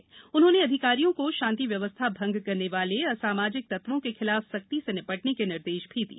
इस दौरान उन्होंने अधिकारियों को शांति व्यवस्था भंग करने वाले असामाजिक तत्वों के खिलाफ सख्ती से निपटने के निर्देश दिए